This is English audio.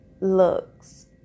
looks